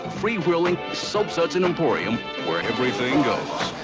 free-wheeling soap sudsin' emporium, where everything goes.